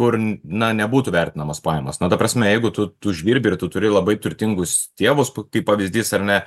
kur na nebūtų vertinamos pajamos na ta prasme jeigu tu tu uždirbi ir tu turi labai turtingus tėvus kaip pavyzdys ar ne